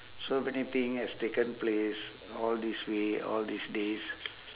so many thing has taken place all this way all these days